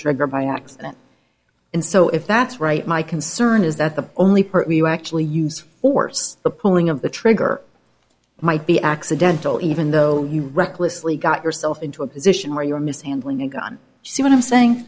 trigger by accident and so if that's right my concern is that the only person you actually use force the pulling of the trigger might be accidental even though he recklessly got yourself into a position where you're mishandling a gun see what i'm saying